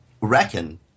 reckon